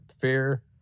fair